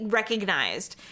recognized